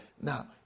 Now